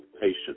patient